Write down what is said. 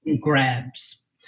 grabs